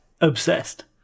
obsessed